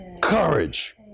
courage